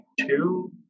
two